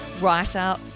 writer